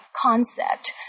concept